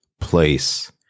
place